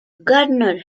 gardiner